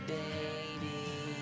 baby